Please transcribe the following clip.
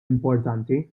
importanti